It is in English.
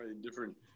different